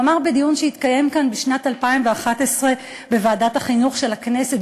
הוא אמר בדיון שהתקיים כאן בשנת 2011 בוועדת החינוך של הכנסת,